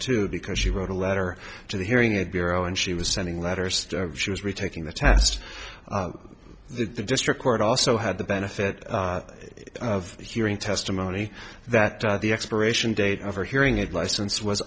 two because she wrote a letter to the hearing aid bureau and she was sending letters she was retaking the test the district court also had the benefit of hearing testimony that the expiration date of her hearing aid license was